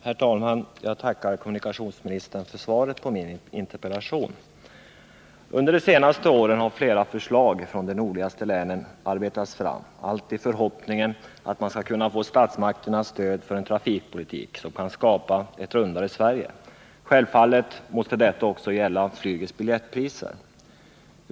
Herr talman! Jag tackar kommunikationsministern för svaret på min interpellation. Under de senaste åren har flera förslag från de nordligaste länen arbetats fram, allt i förhoppningen att man skall få statsmakternas stöd för en trafikpolitik som kan skapa ”ett rundare Sverige”. För detta arbete spelar självfallet också flygets biljettpriser en viktig roll.